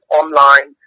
online